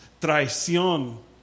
traición